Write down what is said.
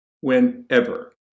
Whenever